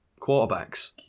quarterbacks